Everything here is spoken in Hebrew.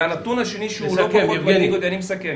התגובות שנתקלתי בהן ביום-יום אני משתפת אתכם